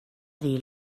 dir